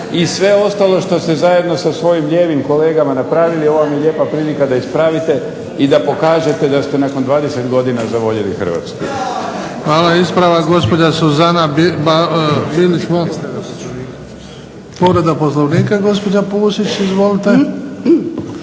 i sve ostalo što ste zajedno sa svojim lijevim kolegama napravili, ovo vam je lijepa prilika da ispravite i da pokažete da ste nakon 20 godina zavoljeli Hrvatsku. **Bebić, Luka (HDZ)** Hvala. Ispravak, gospođa Suzana Bilić Vardić. Povreda Poslovnika, gospođa Pusić. Izvolite.